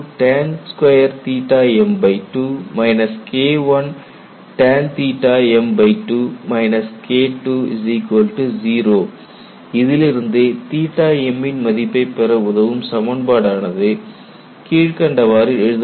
2KIItan2m2 KItanm2 KII 0 இதிலிருந்து m ன் மதிப்பைப் பெற உதவும் சமன்பாடு ஆனது கீழ்க்கண்டவாறு எழுதப்படுகிறது